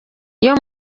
iyo